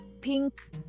pink